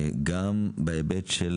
גם בהיבט של